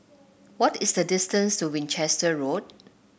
what is the distance to Winchester Road